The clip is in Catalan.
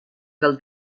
del